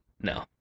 No